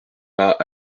pas